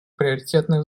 приоритетных